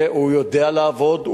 הוא יודע לעבוד,